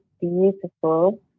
beautiful